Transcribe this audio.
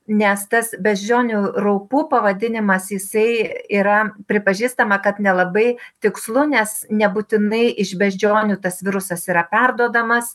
nes tas beždžionių raupų pavadinimas jisai yra pripažįstama kad nelabai tikslu nes nebūtinai iš beždžionių tas virusas yra perduodamas